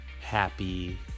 happy